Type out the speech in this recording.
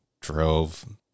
drove